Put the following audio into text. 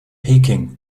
peking